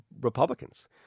Republicans